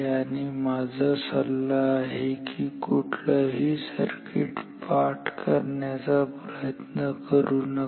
आणि माझा सल्ला आहे की कुठलाही सर्किट पाठ करायचा प्रयत्न करू नका